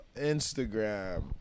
Instagram